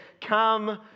come